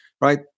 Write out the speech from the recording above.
right